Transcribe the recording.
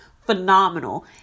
phenomenal